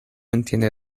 entiende